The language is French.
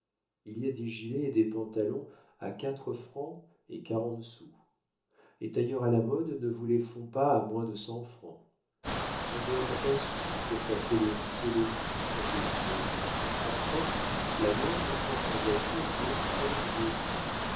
il y a des gilets et des pantalons à quatre francs et quarante sous les tailleurs à la mode ne vous les font pas à moins de cent francs on donne un sou pour passer les ruisseaux des rues quand il pleut enfin la moindre course en voiture vaut trente-deux